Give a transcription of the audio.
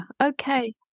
okay